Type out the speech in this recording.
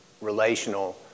relational